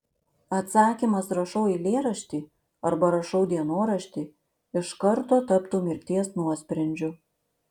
atsakymas rašau eilėraštį arba rašau dienoraštį iš karto taptų mirties nuosprendžiu